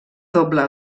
doble